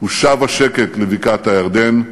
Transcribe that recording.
הושב השקט לבקעת-הירדן,